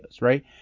right